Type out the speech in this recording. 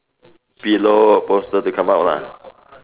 pillow bolster they come out lah